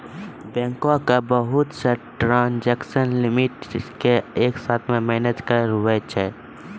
बैंको के बहुत से ट्रांजेक्सन लिमिट के एक साथ मे मैनेज करैलै हुवै छै